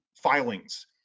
filings